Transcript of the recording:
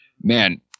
man